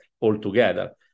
altogether